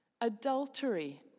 Adultery